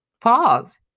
Pause